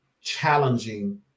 challenging